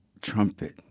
trumpet